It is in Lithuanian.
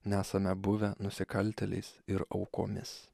nesame buvę nusikaltėliais ir aukomis